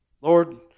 Lord